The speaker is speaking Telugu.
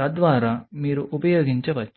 తద్వారా మీరు ఉపయోగించవచ్చు